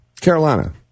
Carolina